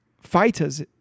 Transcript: fighters